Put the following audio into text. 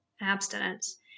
abstinence